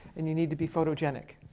and you need to be photogenic.